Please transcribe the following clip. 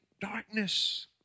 darkness